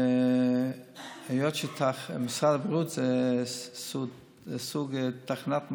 היות שמשרד הבריאות זה סוג של תחנת מעבר,